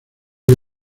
que